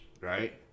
right